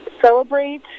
celebrate